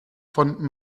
von